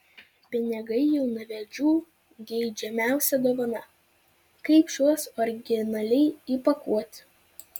pinigai jaunavedžių geidžiamiausia dovana kaip šiuos originaliai įpakuoti